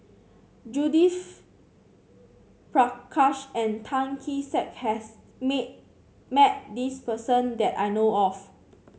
Judith Prakash and Tan Kee Sek has meet met this person that I know of